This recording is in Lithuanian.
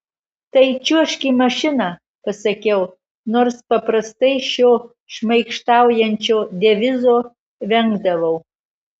tai čiuožk į mašiną pasakiau nors paprastai šio šmaikštaujančio devizo vengdavau